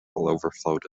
overflowed